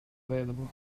available